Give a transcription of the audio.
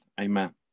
Amen